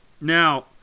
now